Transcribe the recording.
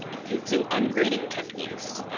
ah using ungrading techniques.